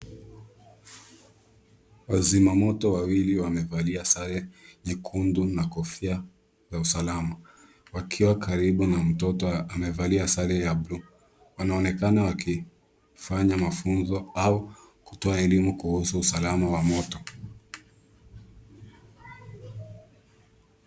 Wazimamoto wawili wamevalia sare nyekundu na kofia za usalama, wakiwa karibu na mtoto amevalia sare ya buluu. Wanaonekana wakifanya mafunzo au kutoa elimu kuhusu usalama wa moto.